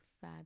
fat